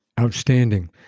Outstanding